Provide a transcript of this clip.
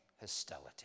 hostility